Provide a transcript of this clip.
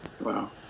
Wow